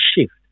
shift